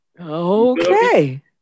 Okay